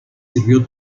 sirvió